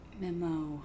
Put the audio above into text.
Memo